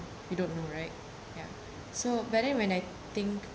you don't know right ya so later when I think